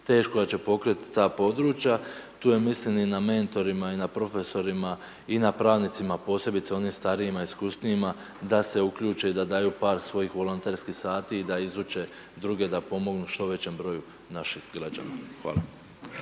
teško da će pokriti ta područja, tu je mislim i na mentorima i na profesorima i na pravnicima posebice onim starijima, iskusnijima da se uključe i da daju par svojih volonterskih sati i da izuče druge da pomognu u što većem broju naših građana. Hvala.